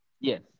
Yes